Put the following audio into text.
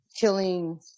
killing